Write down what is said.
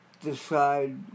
decide